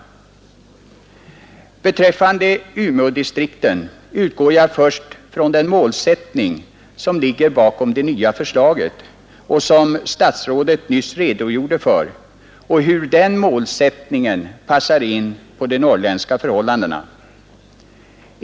Beträffande Umeådistrikten utgår jag först från den målsättning som ligger bakom det nya förslaget och som statsrådet nyss redogjorde för och hur den målsättningen passar in på de norrländska förhållandena.